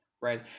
right